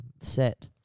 set